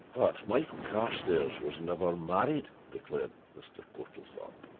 but michael carstairs was never married! declared mr. portlethorpe.